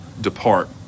depart